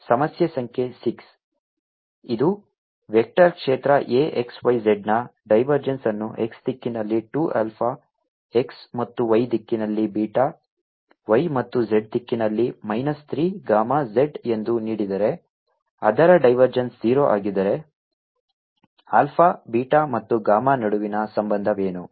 06xyy2zxz ಸಮಸ್ಯೆ ಸಂಖ್ಯೆ 6 ಇದು ವೆಕ್ಟರ್ ಕ್ಷೇತ್ರ A xyz ನ ಡೈವರ್ಜೆನ್ಸ್ ಅನ್ನು x ದಿಕ್ಕಿನಲ್ಲಿ 2 ಆಲ್ಫಾ x ಮತ್ತು y ದಿಕ್ಕಿನಲ್ಲಿ ಬೀಟಾ y ಮತ್ತು z ದಿಕ್ಕಿನಲ್ಲಿ ಮೈನಸ್ 3 ಗಾಮಾ z ಎಂದು ನೀಡಿದರೆ ಅದರ ಡೈವರ್ಜೆನ್ಸ್ 0 ಆಗಿದ್ದರೆ ಆಲ್ಫಾ ಬೀಟಾ ಮತ್ತು ಗಾಮಾ ನಡುವಿನ ಸಂಬಂಧವೇನು